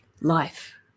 life